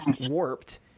warped